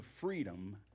freedom